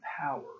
power